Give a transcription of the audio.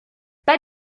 pas